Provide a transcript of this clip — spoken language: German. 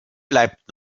bleibt